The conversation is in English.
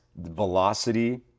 velocity